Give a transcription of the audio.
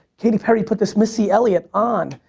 katy perry put this missy elliot on.